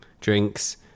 drinks